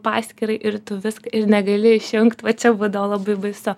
paskyrą ir tu viską ir negali išjungt va čia būdavo labai baisu